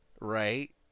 Right